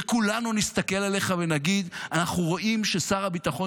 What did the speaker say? וכולנו נסתכל עליך ונגיד: אנחנו רואים ששר הביטחון